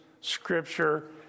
scripture